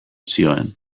zioen